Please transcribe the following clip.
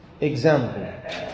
Example